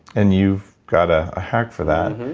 and you've got a hack for that.